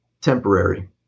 temporary